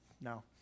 no